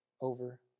over